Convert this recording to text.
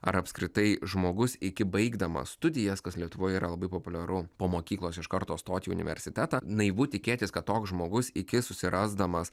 ar apskritai žmogus iki baigdamas studijas kas lietuvoje yra labai populiaru po mokyklos iš karto stoti į universitetą naivu tikėtis kad toks žmogus iki susirasdamas